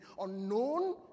unknown